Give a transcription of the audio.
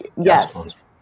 Yes